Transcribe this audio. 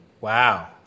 Wow